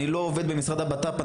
אני לא עובד במשרד הבט"פ,